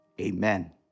Amen